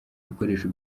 ibikoresho